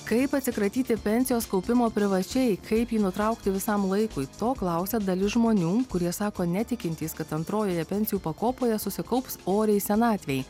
kaip atsikratyti pensijos kaupimo privačiai kaip jį nutraukti visam laikui to klausia dalis žmonių kurie sako netikintys kad antrojoje pensijų pakopoje susikaups oriai senatvei